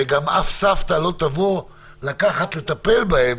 והרי אף סבתא לא תבוא לטפל בהם.